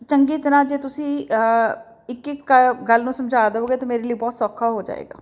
ਚੰਗੀ ਤਰ੍ਹਾਂ ਜੇ ਤੁਸੀਂ ਇੱਕ ਇੱਕ ਗੱਲ ਨੂੰ ਸਮਝਾ ਦੇਵੋਗੇ ਤਾਂ ਮੇਰੇ ਲਈ ਬਹੁਤ ਸੌਖਾ ਹੋ ਜਾਵੇਗਾ